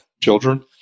children